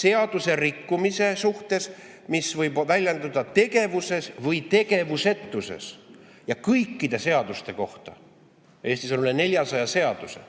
seaduserikkumise suhtes, mis võib väljenduda tegevuses või tegevusetuses"? See käib kõikide seaduste kohta. Eestis on üle 400 seaduse.